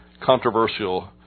controversial